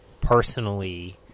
personally